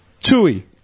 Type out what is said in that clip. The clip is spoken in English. Tui